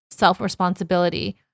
self-responsibility